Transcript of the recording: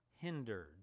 hindered